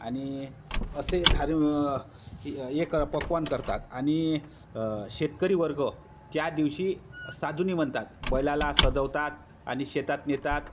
आणि असे धार हे कर पक्वान्न करतात आणि शेतकरी वर्ग त्यादिवशी साधुनी म्हणतात बैलाला सजवतात आणि शेतात नेतात